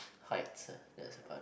height uh that's about it